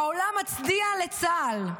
העולם מצדיע לצה"ל.